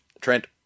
Trent